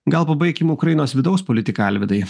gal pabaikim ukrainos vidaus politiką alvydai